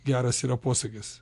geras yra posakis